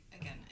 again